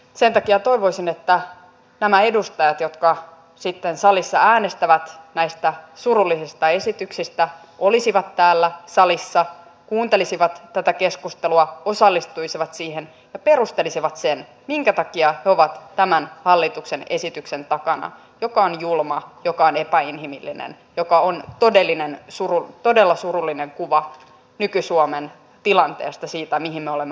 sen takia toivoisin että nämä edustajat jotka sitten salissa äänestävät näistä surullisista esityksistä olisivat täällä salissa kuuntelisivat tätä keskustelua osallistuisivat siihen ja perustelisivat sen minkä takia he ovat tämän hallituksen esityksen takana joka on julma joka on epäinhimillinen joka on todella surullinen kuva nyky suomen tilanteesta siitä mihin me olemme ajautuneet